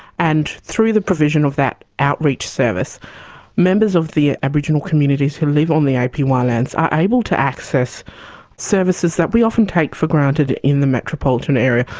and through the provision of that outreach service members of the aboriginal communities who live on the apy ah lands are able to access services that we often take for granted in the metropolitan area.